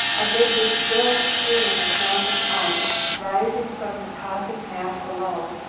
amid the shrill scream of grinding ice rising from the tossing mass below,